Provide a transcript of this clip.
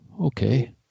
Okay